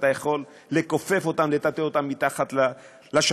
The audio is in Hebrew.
אתה יכול לכופף אותם, לטאטא אותם מתחת לשטיח.